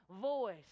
voice